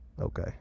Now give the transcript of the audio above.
Okay